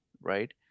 right